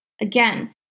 Again